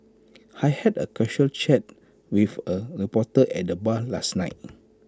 I had A casual chat with A reporter at the bar last night